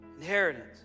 inheritance